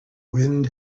wind